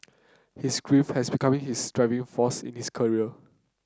his grief has becoming his driving force in his career